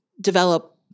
develop